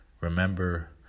Remember